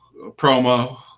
promo